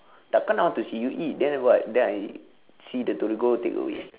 takkan I wan to see you eat then what then I see the torigo takeaway